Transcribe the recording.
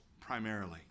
primarily